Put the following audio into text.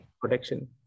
protection